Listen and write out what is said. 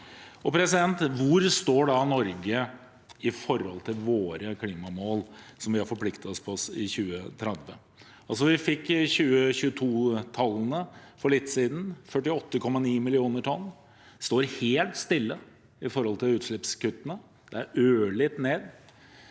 Hvor står da Norge i forhold til våre klimamål, som vi har forpliktet oss på i 2030? Vi fikk 2022-tallene for litt siden: 48,9 millioner tonn. Det står helt stille i forhold til utslippskuttene – det er ørlite ned.